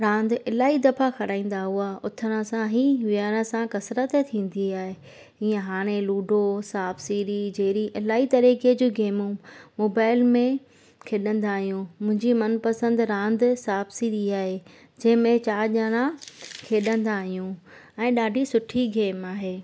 रांदि इलाही दफ़ा कराईंदा हुआ उथण सां ई विहण सां कसरत थींदी आहे ई हाणे लुडो सांप सिड़ी जहिड़ी इलाही तरीक़े जी गेमूं मोबाइल में खेॾंदा आहियूं मुंहिंजी मनपसंदि रांदि सांप सिड़ी आहे जंहिं में चार ॼणा खेॾंदा आहियूं ऐं ॾाढी सुठी गेम आहे